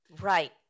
Right